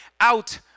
out